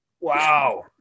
Wow